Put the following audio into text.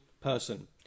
person